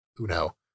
Uno